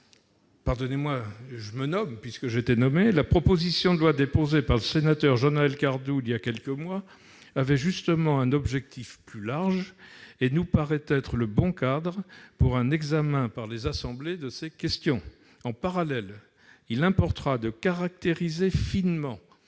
l'heure lors de la discussion générale :« La proposition de loi déposée par le sénateur Jean-Noël Cardoux il y a quelques mois avait justement un objectif plus large et nous paraît être le bon cadre pour un examen par les assemblées de ces questions. En parallèle, il importera de caractériser finement